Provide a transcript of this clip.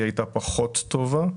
היא הייתה פחות טובה.